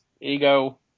ego